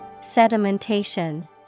Sedimentation